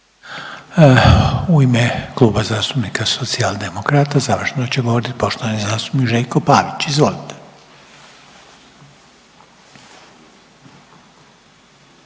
U ime Kluba zastupnika Socijaldemokrata završno će govorit poštovani zastupnik Željko Pavić. Izvolite.